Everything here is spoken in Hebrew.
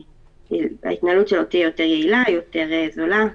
זה הולך וצובר תאוצה באירועים גדולים.